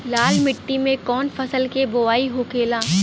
लाल मिट्टी में कौन फसल के बोवाई होखेला?